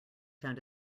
found